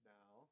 now